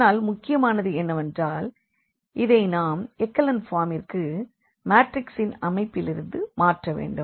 ஆனால் முக்கியமானது என்னவென்றால் இதை நாம் எக்கலன் ஃபார்மிற்கு மாற்றிக்ஸின் அமைப்பிலிருந்து மாற்றவேண்டும்